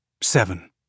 seven